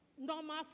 normal